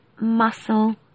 muscle